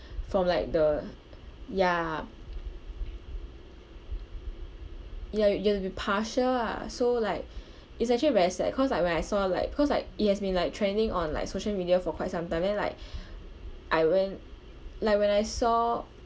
from like the ya ya you have to be partial ah so like it's actually very sad cause like when I saw like because like it has been like trending on like social media for quite some time then like I went like when I saw